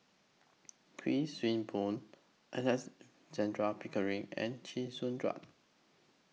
Kuik Swee Boon Alexandra Pickering and Chee Soon Juan